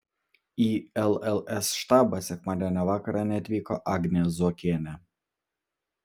į lls štabą sekmadienio vakarą neatvyko agnė zuokienė